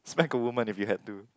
smack a woman if you had to